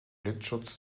blitzschutz